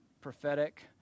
prophetic